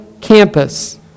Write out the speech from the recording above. campus